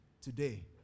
today